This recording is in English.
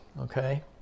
okay